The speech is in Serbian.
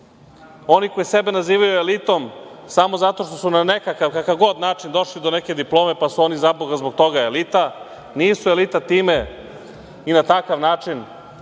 Oni koji sebe nazivaju elitom samo zato što su na nekakav, kakav god način došli do neke diplome, pa su oni zaboga zbog toga elita? Nisu elita i na takav način